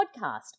podcast